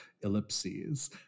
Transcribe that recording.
ellipses